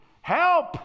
Help